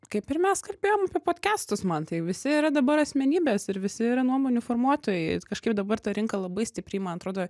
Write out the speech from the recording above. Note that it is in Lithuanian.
kaip ir mes kalbėjom apie podkestus mantai visi yra dabar asmenybės ir visi yra nuomonių formuotojai kažkaip dabar ta rinka labai stipriai man atrodo